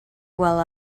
while